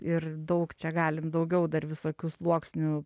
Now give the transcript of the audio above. ir daug čia galim daugiau dar visokių sluoksnių